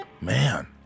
Man